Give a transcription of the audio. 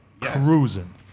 cruising